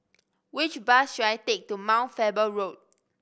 which bus should I take to Mount Faber Road